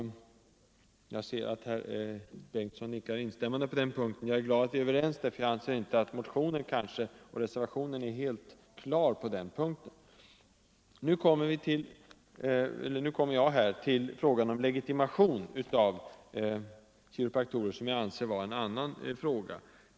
Jag ser att herr Bengtsson i Göteborg nickar instämmande, och jag är glad över att vi är överens, därför att jag anser att reservationen och motionen inte är helt klara på den punkten. Kiropraktors legitimation anser jag vara en helt annan fråga.